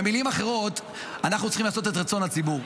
במילים אחרות, אנחנו צריכים לעשות את רצון הציבור.